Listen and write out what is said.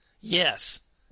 Yes